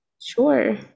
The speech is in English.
Sure